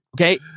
Okay